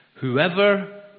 Whoever